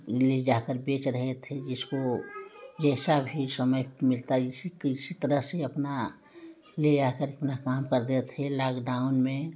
ले जा कर बेच रहे थे जिसको जैसा भी समय मिलता जिस किसी तरह से अपना ले जा कर अपना काम करते थे लॉकडाउन में